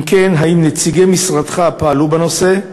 2. אם כן, האם נציגי משרדך פעלו בנושא?